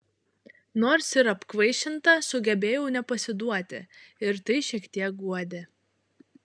nors ir apkvaišinta sugebėjau nepasiduoti ir tai šiek tiek guodė